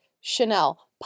Chanel